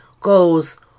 goes